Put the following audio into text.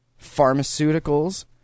pharmaceuticals